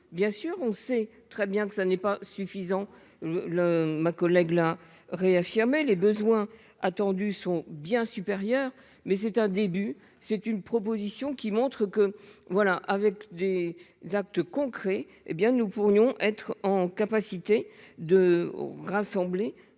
bien sûr, on sait très bien que ça n'est pas suffisant le le ma collègue l'a réaffirmé : les besoins attendus sont bien supérieurs, mais c'est un début, c'est une proposition qui montre que, voilà, avec des actes concrets, hé bien, nous pourrions être en capacité de rassembler